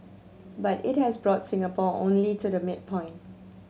but it has brought Singapore only to the midpoint